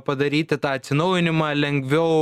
padaryti tą atsinaujinimą lengviau